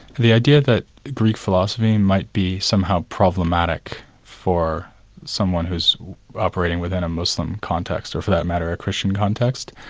the idea that greek philosophy might be somehow problematic for someone who's operating within a muslim context, or for that matter a christian context,